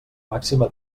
màxima